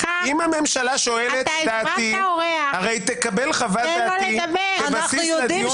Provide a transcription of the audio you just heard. אם הממשלה שואלת דעתי הרי תקבל חוות דעתי כבסיס לדיון